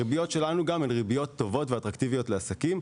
הריביות שלנו הן ריביות טובות ואטרקטיביות לעסקים,